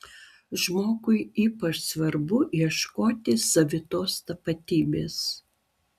žmogui ypač svarbu ieškoti savitos tapatybės